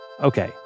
Okay